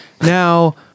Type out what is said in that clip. now